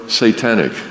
satanic